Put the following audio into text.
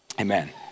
Amen